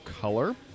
color